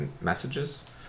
Messages